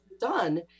done